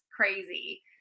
crazy